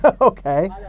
okay